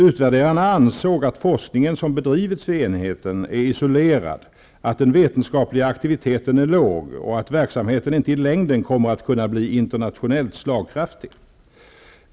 Utvärderarna ansåg att forskningen som bedrivs vid enheten är isolerad, att den vetenskapliga aktiviteten är låg och att verksamheten inte i längden kommer att kunna bli internationellt slagkraftig.